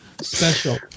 special